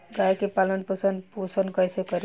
गाय के पालन पोषण पोषण कैसे करी?